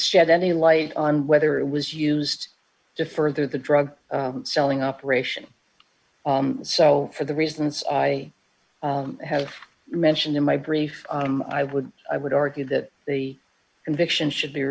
shed any light on whether it was used to further the drug selling operation so for the reasons i have mentioned in my brief i would i would argue that the conviction should be